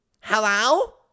Hello